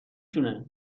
شونه